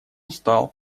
встал